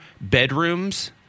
bedrooms